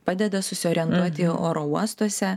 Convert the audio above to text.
padeda susiorientuoti oro uostuose